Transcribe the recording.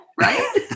Right